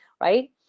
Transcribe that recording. right